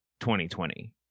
2020